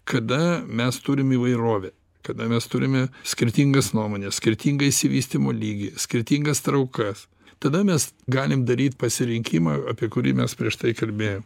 kada mes turim įvairovę kada mes turime skirtingas nuomones skirtingą išsivystymo lygį skirtingas traukas tada mes galim daryt pasirinkimą apie kurį mes prieš tai kalbėjome